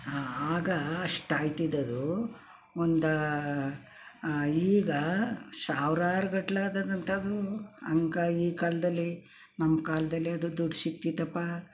ಆಗ ಅಷ್ಟು ಆಗ್ತಿದ್ದದ್ದು ಒಂದಾ ಈಗ ಸಾವ್ರಾರು ಗಟ್ಲ ಆಗ ಗಂಟಾಗ್ಲೂ ಹಂಗೆ ಈ ಕಾಲದಲ್ಲಿ ನಮ್ಮ ಕಾಲದಲ್ಲಿ ಅದು ದುಡ್ಡು ಸಿಗ್ತಿತ್ತಪ್ಪ